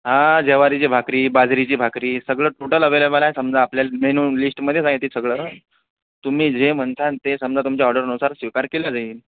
हा ज्वारीची भाकरी बाजरीची भाकरी सगळं टोटल अव्हेलेबल आहे समजा आपल्या मेनू लिस्टमध्ये आहे ते सगळं तुम्ही जे म्हणतान ते समजा तुमच्या ऑर्डरनुसार स्वीकार केलं जाईल